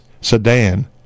sedan